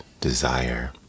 desire